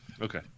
Okay